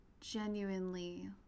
genuinely